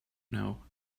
know